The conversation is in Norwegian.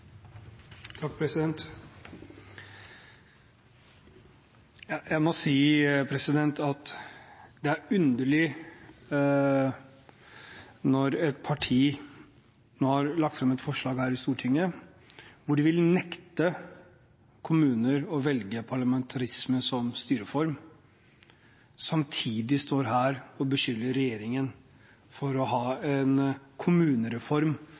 er underlig når et parti som her i Stortinget har lagt fram et forslag hvor de vil nekte kommuner å velge parlamentarisme som styreform, samtidig står her og beskylder regjeringen for å ville ha en kommunereform